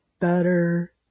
better